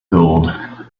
gold